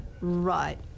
right